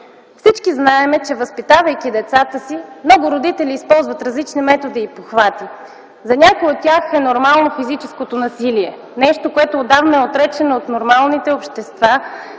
Всички знаем, че, възпитавайки децата си, много родители използват различни методи и похвати. За някои от тях е нормално физическото насилие – нещо, което отдавна е отречено от нормалните